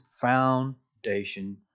foundation